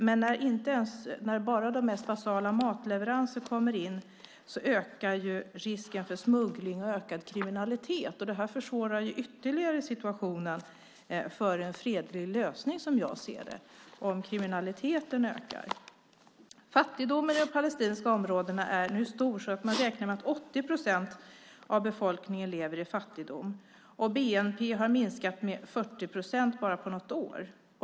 Men när bara de mest basala matleveranserna kommer in ökar risken för smuggling och kriminalitet. Det försvårar ytterligare situationen och möjligheten till en fredlig lösning om kriminaliteten ökar. Fattigdomen i de palestinska områdena är nu stor, och man räknar med att 80 procent av befolkningen lever i fattigdom. Bnp har minskat med 40 procent bara på något år.